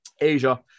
Asia